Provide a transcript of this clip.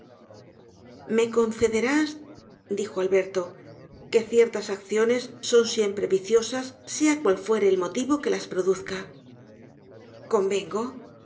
me concederás dijo alberto que ciertas acciones son siempre viciosas sea cual fuere el motivo que las produzca convengo